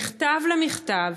ממכתב למכתב,